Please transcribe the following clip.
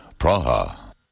Praha